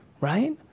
right